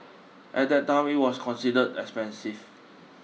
at that time it was considered expensive